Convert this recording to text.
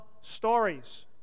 stories